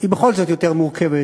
היא בכל זאת יותר מורכבת